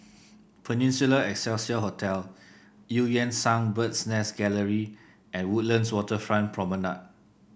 Peninsula Excelsior Hotel Eu Yan Sang Bird's Nest Gallery and Woodlands Waterfront Promenade